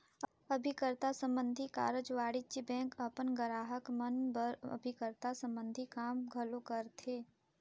अभिकर्ता संबंधी कारज वाणिज्य बेंक अपन गराहक मन बर अभिकर्ता संबंधी काम घलो करथे